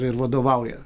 ir vadovauja